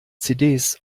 cds